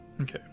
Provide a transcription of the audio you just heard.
Okay